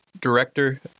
director